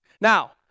Now